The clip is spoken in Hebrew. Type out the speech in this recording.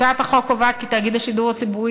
הצעת החוק קובעת כי תאגיד השידור הציבורי